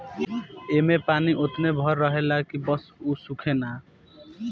ऐमे पानी ओतने भर रहेला की बस उ सूखे ना